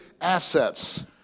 assets